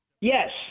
Yes